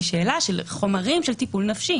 היא שאלה של חומרים של טיפול נפשי.